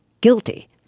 guilty